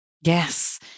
Yes